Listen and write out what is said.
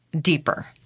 deeper